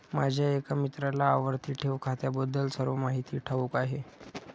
माझ्या एका मित्राला आवर्ती ठेव खात्याबद्दल सर्व माहिती ठाऊक आहे